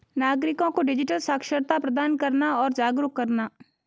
नागरिको को डिजिटल साक्षरता प्रदान करना और जागरूक करना